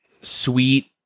Sweet